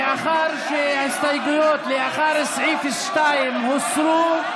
מאחר שההסתייגויות לאחר סעיף 2 הוסרו,